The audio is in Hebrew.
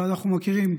תודה רבה.